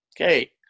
Okay